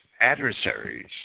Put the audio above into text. adversaries